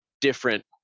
different